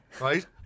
Right